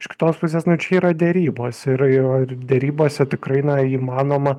iš kitos pusės nu čia yra derybos ir ir derybose tikrai na įmanoma